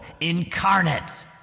incarnate